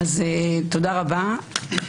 תודה רבה.